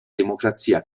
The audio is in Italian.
democrazia